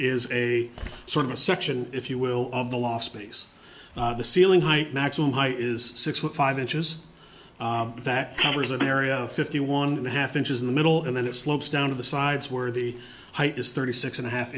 is a sort of a section if you will of the last space the ceiling height maximum height is six foot five inches that covers an area of fifty one and a half inches in the middle and then it slopes down to the sides where the height is thirty six and a half